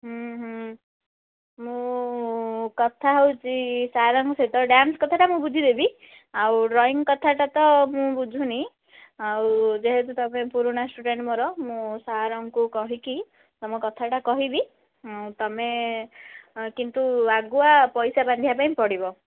ହୁଁ ହୁଁ ମୁଁ କଥା ହେଉଛି ସାର୍ଙ୍କ ସହିତ ଡ୍ୟାନ୍ସ କଥାଟା ମୁଁ ବୁଝି ଦେବି ଆଉ ଡ୍ରଇଁ କଥାଟା ତ ମୁଁ ବୁଝୁନି ଆଉ ଯେହେତୁ ତୁମେ ପୁରୁଣା ଷ୍ଟୁଡ଼େଣ୍ଟ ମୋର ମୁଁ ସାର୍ଙ୍କୁ କହିକି ତୁମ କଥାଟା କହିବି ତୁମେ କିନ୍ତୁ ଆଗୁଆ ପଇସା ବାନ୍ଧିବା ପାଇଁ ପଡ଼ିବ